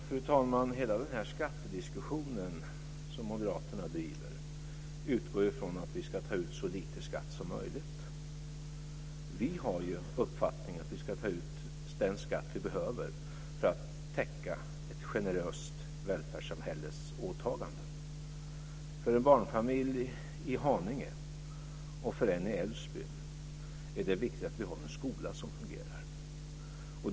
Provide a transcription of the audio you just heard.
Fru talman! Hela den här skattediskussionen som Moderaterna driver utgår ju från att vi ska ta ut så lite skatt som möjligt. Vi har uppfattningen att vi ska ta ut den skatt vi behöver för att täcka ett generöst välfärdssamhälles åtaganden. För en barnfamilj i Haninge och en i Älvsbyn är det viktigt att vi har en skola som fungerar.